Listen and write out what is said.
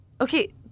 Okay